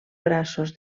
braços